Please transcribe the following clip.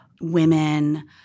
women